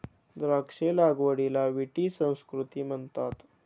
द्राक्ष लागवडीला विटी संस्कृती म्हणतात